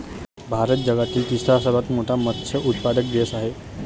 भारत जगातील तिसरा सर्वात मोठा मत्स्य उत्पादक देश आहे